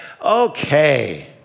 Okay